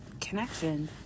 connection